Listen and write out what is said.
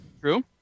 true